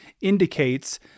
indicates